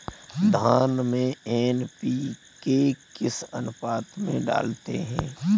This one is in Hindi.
धान में एन.पी.के किस अनुपात में डालते हैं?